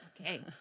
Okay